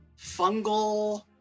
fungal